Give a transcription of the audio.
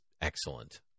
excellent